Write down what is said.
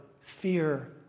fear